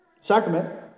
Sacrament